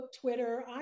Twitter